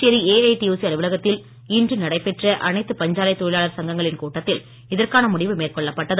Puducherry AITUC அலுவலகத்தில் இன்று நடைபெற்ற அனைத்து பஞ்சாலை தொழிலாளர் சங்கங்களின் கூட்டத்தில் இதற்கான முடிவு மேற்கொள்ளப்பட்டது